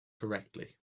correctly